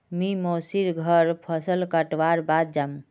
मी मोसी र घर फसल कटवार बाद जामु